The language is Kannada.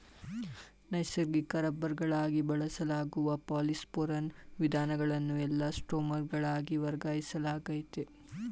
ನೈಸರ್ಗಿಕ ರಬ್ಬರ್ಗಳಾಗಿ ಬಳಸಲಾಗುವ ಪಾಲಿಸೊಪ್ರೆನ್ನ ವಿಧಗಳನ್ನು ಎಲಾಸ್ಟೊಮರ್ಗಳಾಗಿ ವರ್ಗೀಕರಿಸಲಾಗಯ್ತೆ